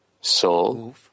soul